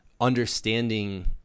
understanding